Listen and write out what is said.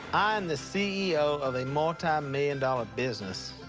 i am the ceo of a multimillion-dollar business.